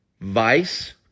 vice